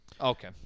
Okay